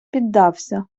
піддався